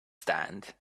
stand